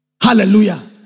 Hallelujah